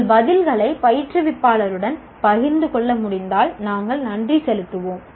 உங்கள் பதில்களை பயிற்றுவிப்பாளருடன் பகிர்ந்து கொள்ள முடிந்தால் நாங்கள் நன்றி செலுத்துவோம்